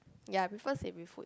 ya I prefer savory food